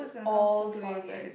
the all the way in the end